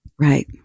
right